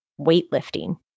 weightlifting